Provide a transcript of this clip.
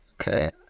Okay